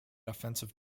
offensive